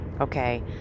okay